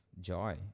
joy